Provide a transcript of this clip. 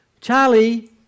Charlie